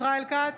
ישראל כץ,